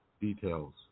details